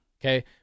Okay